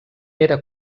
era